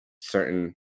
certain